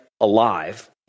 alive